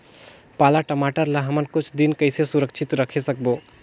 पाला टमाटर ला हमन कुछ दिन कइसे सुरक्षित रखे सकबो?